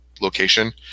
location